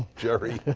jerry,